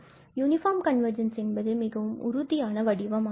uniform convergence என்பது மிகவும் உறுதியான வடிவம் ஆகும்